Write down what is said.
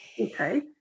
Okay